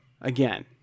again